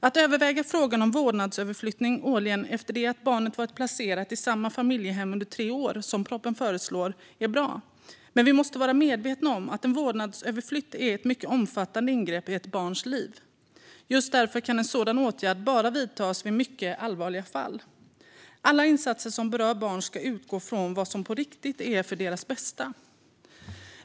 Att överväga frågan om vårdnadsöverflyttning årligen efter att barnet varit placerat i samma familjehem under tre år, som propositionen föreslår, är bra. Men vi måste vara medvetna om att en vårdnadsöverflyttning är ett mycket omfattande ingrepp i ett barns liv. Just därför kan en sådan åtgärd bara vidtas i mycket allvarliga fall. Alla insatser som berör barn ska utgå från vad som på riktigt är för deras bästa.